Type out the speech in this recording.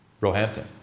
Roehampton